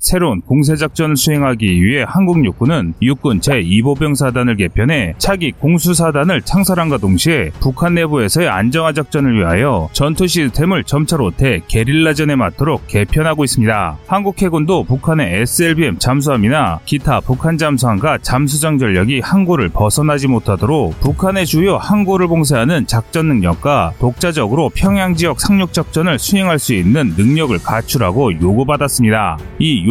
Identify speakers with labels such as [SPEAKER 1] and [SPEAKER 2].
[SPEAKER 1] 새로운 공세 작전을 수행하기 위해 한국 육군은 육군 제이보병사단을 개편해 차기 공수사단을 창설함과 동시에 북한 내부에서의 안정화 작전을 위하여 전투 시스템을 점차로 대게릴라전에 맞도록 개편하고 있습니다. 한국 해군도 북한의 SLBM 잠수함이나 기타 북한 잠수함과 잠수정 전력이 항구를 벗어나지 못하도록 북한의 주요 항구를 봉쇄하는 작전 능력과 독자적으로 평양 지역 상륙 작전을 수행할 수 있는 능력을 갖추라고 요구받았습니다. 이